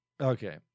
Okay